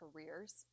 careers